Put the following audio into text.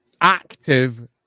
active